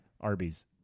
Arby's